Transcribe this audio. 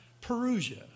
perusia